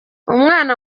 umwana